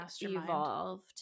evolved